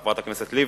חברת הכנסת לבני,